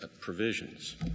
provisions